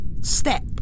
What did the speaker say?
step